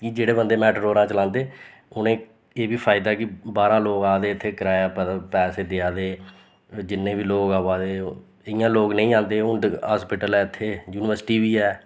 कि जेह्ड़े बंदे मेटाडोरां चलांदे उ'नेंगी एह् बी फायदा ऐ कि बाह्रा लोग आ दे इत्थें कराया भ पैसे देआ दे जिन्ने बी लोक अवा दे ओह् इ'यां लोक नेईं आंदे हून ते हास्पिटल ऐ इत्थें यूनिवर्सिटी बी ऐ